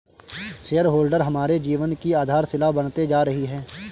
share holder हमारे जीवन की आधारशिला बनते जा रही है